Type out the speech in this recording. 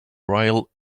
while